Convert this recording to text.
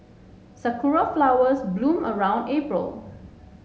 sakura flowers bloom around April